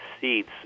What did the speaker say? seats